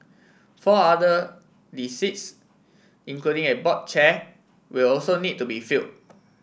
four other the seats including a board chair will also need to be filled